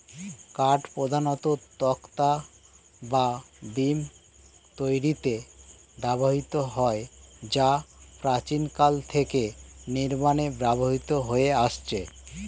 কাঠ প্রধানত তক্তা বা বিম তৈরিতে ব্যবহৃত হয় যা প্রাচীনকাল থেকে নির্মাণে ব্যবহৃত হয়ে আসছে